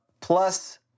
plus